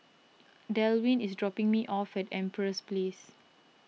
Delwin is dropping me off at Empress Place